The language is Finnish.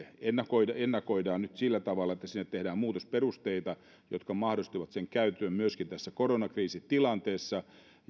ennakoidaan nyt sillä tavalla että sinne tehdään muutosperusteita jotka mahdollistavat sen käytön myöskin tässä koronakriisitilanteessa